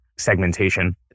segmentation